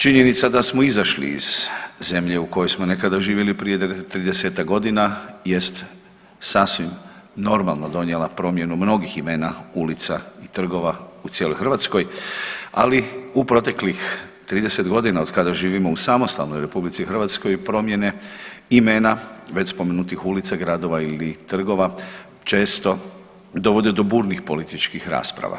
Činjenica da smo izašli iz zemlje u kojoj smo nekada živjeli prije 30-tak godina jest sasvim normalno donijela promjenu mnogih imena ulica i trgova u cijeloj Hrvatskoj, ali u proteklih 30.g. otkada živimo u samostalnoj RH promijene imena već spomenutih ulica, gradova i trgova često dovode do burnih političkih rasprava.